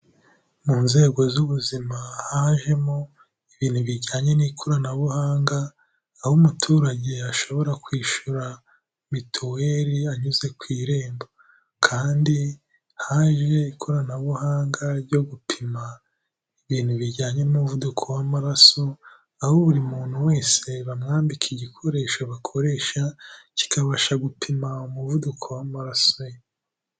Mu nzego z'ubuzima hajemo ibintu bijyanye n'ikoranabuhanga, aho umuturage ashobora kwishyura mituweli anyuze ku irembo kandi haje ikoranabuhanga ryo gupima ibintu bijyanye n'umuvuduko w'amaraso, aho buri muntu wese bamwambika igikoresho bakoresha, kikabasha gupima umuvuduko w'amaraso ye.